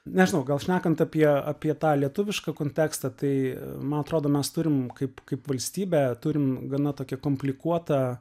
nežinau gal šnekant apie apie tą lietuvišką kontekstą tai man atrodo mes turim kaip kaip valstybę turim gana tokią komplikuotą